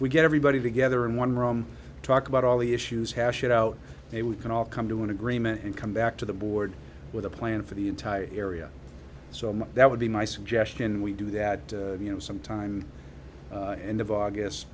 we get everybody together in one room talk about all the issues hash it out they we can all come to an agreement and come back to the board with a plan for the entire area so that would be my suggestion we do that you know some time and of august